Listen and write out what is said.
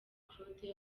claude